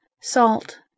salt